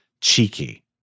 cheeky